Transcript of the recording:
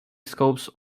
scopes